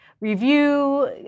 review